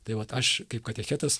tai vat aš kaip katechetas